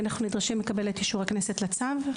אנחנו נדרשים לקבל את אישור הכנסת לצו.